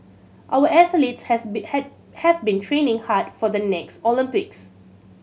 our athletes has been have been training hard for the next Olympics